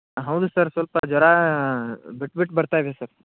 ಹೌದು ಸರ್ ಸ್ವಲ್ಪ ಜ್ವರ ಬಿಟ್ಟು ಬಿಟ್ಟು ಬರ್ತಾ ಇದೆ ಸರ್